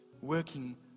working